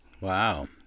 Wow